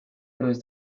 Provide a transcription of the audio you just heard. was